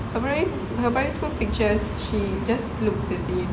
her primary her primary school pictures she just looks the same